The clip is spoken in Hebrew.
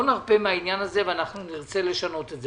לא נרפה מהעניין הזה ונרצה לשנות אותו.